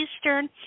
Eastern